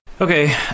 Okay